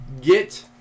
Get